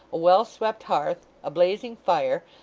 a well swept hearth, a blazing fire,